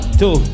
two